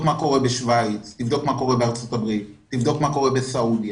בשוויץ, בארצות הברית, בסעודיה.